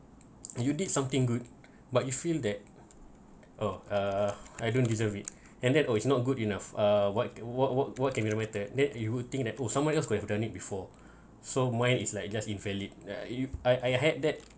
you did something good but you feel that oh uh I don't deserve it and that oh is not good enough uh what what what what can you matter that you would think that oh someone else could have done it before so mine is like just invalid uh you I I had that